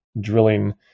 drilling